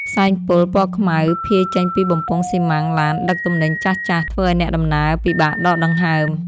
ផ្សែងពុលពណ៌ខ្មៅភាយចេញពីបំពង់ស៊ីម៉ាំងឡានដឹកទំនិញចាស់ៗធ្វើឱ្យអ្នកដំណើរពិបាកដកដង្ហើម។